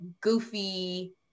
goofy